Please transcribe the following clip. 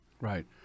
Right